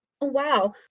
Wow